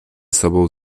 sobą